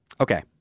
Okay